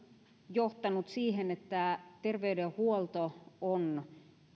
johtanut siihen että terveydenhuolto on